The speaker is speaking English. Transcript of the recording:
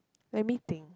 let me think